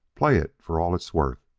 play it for all it's worth.